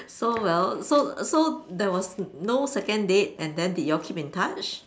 so well so so there was no second date and then did you all keep in touch